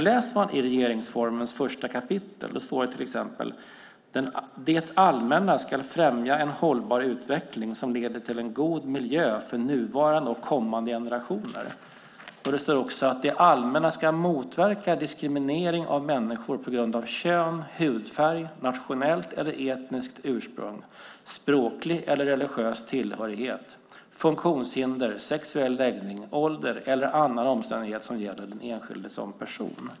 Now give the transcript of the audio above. Läser man i regeringsformens första kapitel ser man till exempel att det står: "Det allmänna skall främja en hållbar utveckling som leder till en god miljö för nuvarande och kommande generationer." Vidare står det: "Det allmänna skall motverka diskriminering av människor på grund av kön, hudfärg, nationellt eller etniskt ursprung, språklig eller religiös tillhörighet, funktionshinder, sexuell läggning, ålder eller annan omständighet som gäller den enskilde som person."